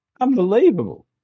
Unbelievable